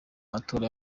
matora